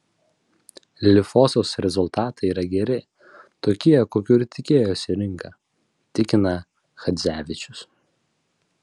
lifosos rezultatai yra geri tokie kokių ir tikėjosi rinka tikina chadzevičius